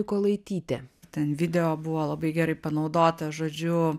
mykolaitytė ten video buvo labai gerai panaudota žodžiu